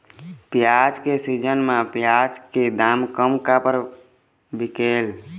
प्याज के सीजन म प्याज के दाम कम काबर बिकेल?